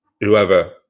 whoever